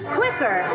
quicker